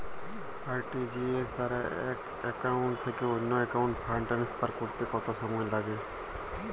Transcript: RTGS দ্বারা এক account থেকে অন্য একাউন্টে ফান্ড ট্রান্সফার করতে কত সময় লাগে?